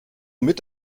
mit